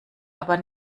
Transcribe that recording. aber